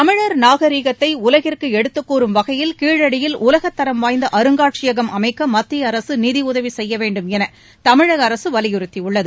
தமிழர் நாகரீகத்தை உலகிற்கு எடுத்துக்கூறும் வகையில் கீழடியில் உலகத் தரம் வாய்ந்த அருங்காட்சியகம் அமைக்க மத்திய அரசு நிதியுதவி செய்ய வேண்டும் என தமிழக அரசு வலியுறத்தியுள்ளது